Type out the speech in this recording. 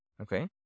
Okay